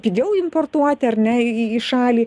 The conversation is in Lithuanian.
pigiau importuoti ar ne į šalį